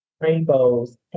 rainbows